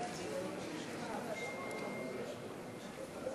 הצעת חוק שירות המילואים (תיקון,